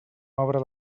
obra